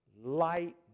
light